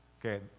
okay